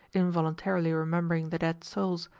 involuntarily remembering the dead souls.